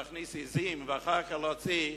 להכניס עזים ואחר כך להוציא,